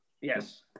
yes